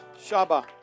Shabbat